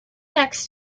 next